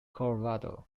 colorado